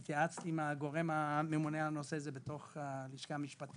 התייעצתי עם הממונה על הממונה על הנושא הזה בלשכה המשפטית